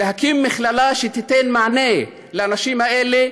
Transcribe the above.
להקים מכללה שתיתן מענה לאנשים האלה